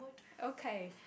okay